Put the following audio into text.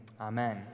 Amen